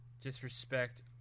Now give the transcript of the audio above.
disrespect